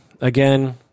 Again